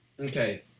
Okay